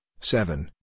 seven